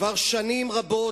כבר שנים רבות,